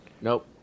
Nope